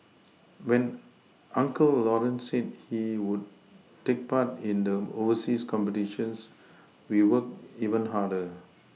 when uncle Lawrence said he could take part in the overseas competitions we worked even harder